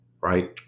right